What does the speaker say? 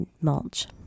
mulch